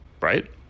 right